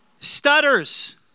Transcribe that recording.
stutters